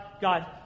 God